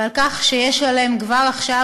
ועל כך שיש עליהם כבר עכשיו,